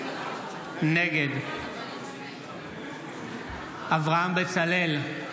נגד אברהם בצלאל,